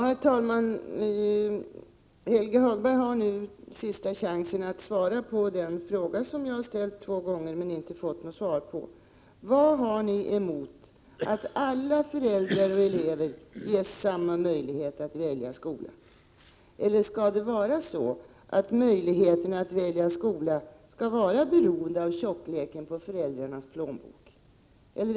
Herr talman! Helge Hagberg har nu en sista chans att svara på den fråga jag har ställt två gånger men inte har fått något svar på. Vad har ni emot att alla föräldrar och elever ges samma möjlighet att välja skola? Skall det vara så att möjligheten att välja skola skall vara beroende av tjockleken på föräldrarnas plånbok?